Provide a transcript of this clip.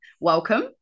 Welcome